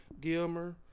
Gilmer